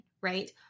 right